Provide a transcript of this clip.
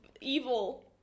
evil